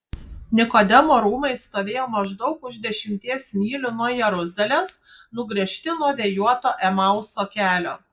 nikodemo rūmai stovėjo maždaug už dešimties mylių nuo jeruzalės nugręžti nuo vėjuoto emauso kelio